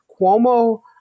Cuomo